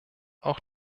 auch